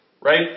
Right